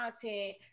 content